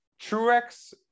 Truex